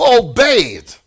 obeyed